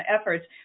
efforts